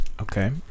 Okay